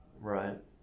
Right